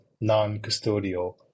non-custodial